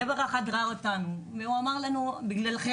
גבר אחד ראה אותנו והוא אמר לנו שבגללנו